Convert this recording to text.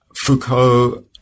Foucault